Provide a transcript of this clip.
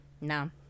No